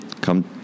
come